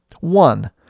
One